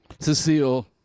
Cecile